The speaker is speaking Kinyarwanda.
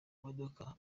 modoka